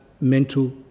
mental